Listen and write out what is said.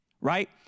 Right